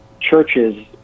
churches